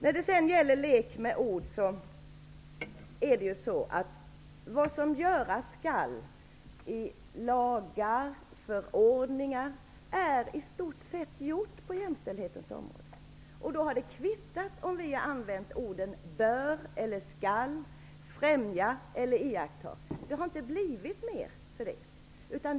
När det sedan gäller detta med en lek med ord är det på det sättet att vad som göras skall i lagar och förordningar i stort sett redan är gjort på jämställdhetens område. Då har det kvittat om vi använt ''bör'', ''skall'', ''främja'' eller ''iaktta''. Det har inte blivit mer av jämställdhet för det.